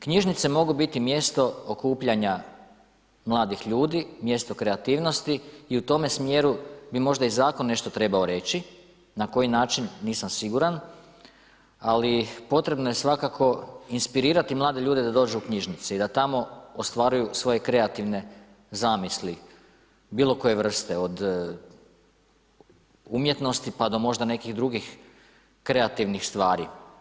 Knjižnice mogu biti mjesto okupljanja mladih ljudi mjesto kreativnosti i u tome smjeru bi i zakon mogao nešto trebao reći, na koji način nisam siguran, ali potrebno je svakako inspirirati mlade ljude da dođu u knjižnice i da tamo ostvaruju svoje kreativne zamisli bilo koje vrste od umjetnosti pa do nekih drugih kreativnih stvari.